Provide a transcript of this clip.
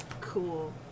Cool